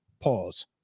Pause